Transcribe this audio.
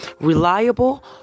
Reliable